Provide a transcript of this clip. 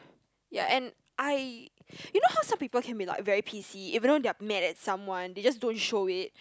ya and I you know how some people can be like very pissy even though they are mad at someone they just don't show it